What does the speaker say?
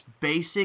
basic